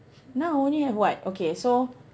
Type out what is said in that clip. now I only have what okay so